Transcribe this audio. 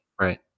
Right